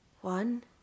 One